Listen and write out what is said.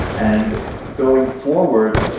and going forward,